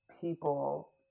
people